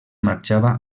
marxava